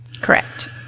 Correct